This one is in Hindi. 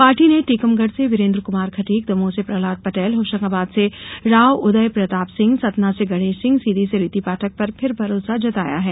पार्टी ने टीकमगढ़ से वीरेंद्र कुमार खटीक दमोह से प्रहलाद पटेल होशंगाबाद से राव उदय प्रताप सिंह सतना से गणेश सिंह सीधी से रीति पाठक पर फिर भरोसा जताया है